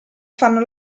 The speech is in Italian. fanno